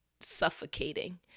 suffocating